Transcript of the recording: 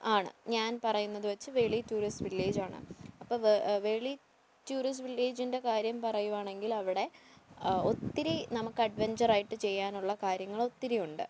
ആണ് ഞാൻ പറയുന്നത് വെച്ച് വേളി ടൂറിസ്റ്റ് വില്ലേജ് അപ്പം വേളി ടൂറിസ്റ്റ് വില്ലേജിൻ്റെ കാര്യം പറയുവാണെങ്കിൽ അവിടെ ഒത്തിരി നമുക്ക് അഡ്വഞ്ചറായിട്ട് ചെയ്യാനുള്ള കാര്യങ്ങൾ ഒത്തിരി ഉണ്ട്